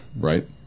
Right